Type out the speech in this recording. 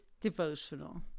devotional